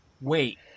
Wait